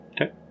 Okay